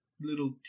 little